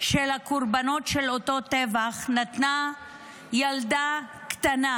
של הקורבנות של אותו טבח נתנה ילדה קטנה,